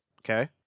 Okay